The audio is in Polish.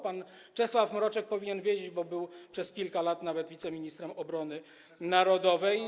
Pan Czesław Mroczek powinien wiedzieć, bo przez kilka lat był nawet wiceministrem obrony narodowej.